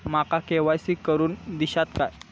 माका के.वाय.सी करून दिश्यात काय?